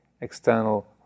external